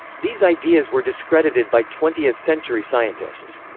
these ideas were discredited by twentieth-century scientists.